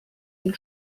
den